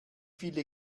viele